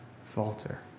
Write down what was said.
falter